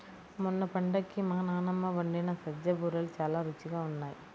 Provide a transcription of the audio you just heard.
మొన్న పండక్కి మా నాన్నమ్మ వండిన సజ్జ బూరెలు చాలా రుచిగా ఉన్నాయి